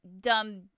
dumb